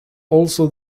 also